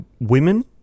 women